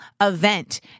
event